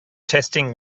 testing